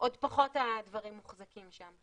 עוד פחות הדברים מוחזקים שם.